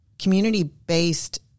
community-based